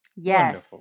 Yes